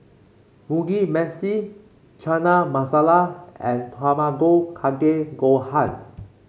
Mugi Meshi Chana Masala and Tamago Kake Gohan